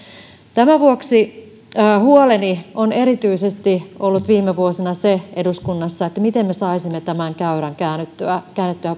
tämän vuoksi huoleni on erityisesti ollut viime vuosina eduskunnassa se miten me saisimme tämän käyrän käännettyä